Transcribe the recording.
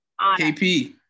KP